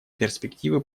перспективы